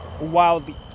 wildly